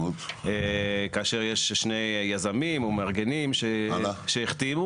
כאשר יש שני יזמים או מארגנים שהחתימו.